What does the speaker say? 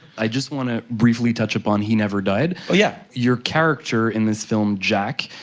i just want to briefly touch upon he never died. yeah. your character in this film jack,